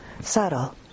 subtle